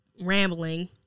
rambling